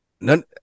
None